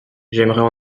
j’aimerais